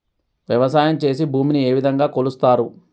వ్యవసాయం చేసి భూమిని ఏ విధంగా కొలుస్తారు?